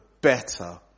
better